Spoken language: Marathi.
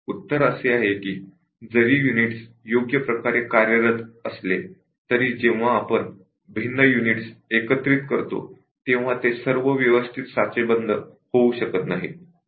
उत्तर असे आहे की जरी युनिटस योग्य प्रकारे कार्यरत असले तरी जेव्हा आपण भिन्न युनिट्स एकत्रित करतो तेव्हा ते सर्व व्यवस्थित इंटरफेसिन्ग करत नाहीत